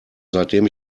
seitdem